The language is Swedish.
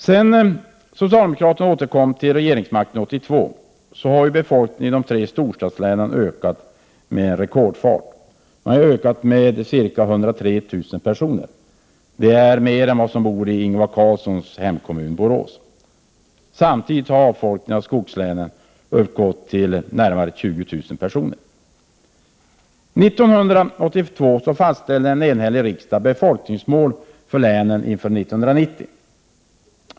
Sedan socialdemokraterna återkom till regeringsmakten 1982 har befolkningen i de tre storstadslänen ökat med rekordfart, närmare bestämt med 103 000 personer. Det är fler än de som bor i Ingvar Carlssons hemkommun Borås. Samtidigt har avfolkningen av skogslänen uppgått till närmare 20 000 personer. År 1982 fastställde en enhällig riksdag befolkningsmål för länen inför år 1990.